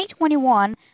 2021